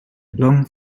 long